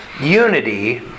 unity